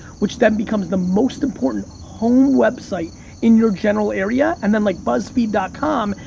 which then becomes the most important home website in your general area, and then like buzzfeed ah com,